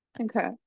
okay